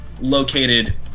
located